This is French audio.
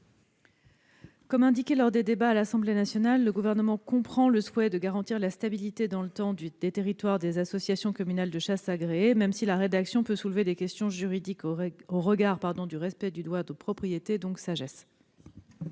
souligné lors des débats à l'Assemblée nationale, le Gouvernement comprend le souhait de garantir la stabilité dans le temps des territoires des associations communales de chasse agréées, même si la rédaction des dispositions concernées peut soulever des questions juridiques au regard du respect du droit de propriété. Le